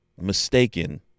mistaken